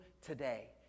today